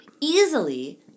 easily